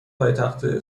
پایتخت